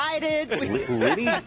Liddy